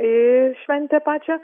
į šventę pačią